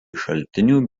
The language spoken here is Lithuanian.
šaltinių